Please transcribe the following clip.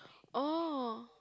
oh